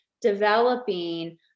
developing